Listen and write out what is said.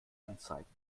anzeigen